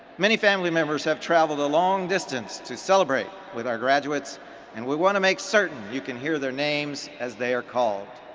many family members have traveled a long distance to celebrate with our graduates and we want to make certain you can hear their names as they are called.